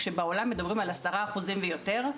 כשבעולם מדברים על עשרה אחוזים ויותר,